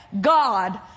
God